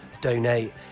Donate